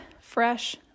fresh